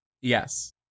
Yes